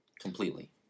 completely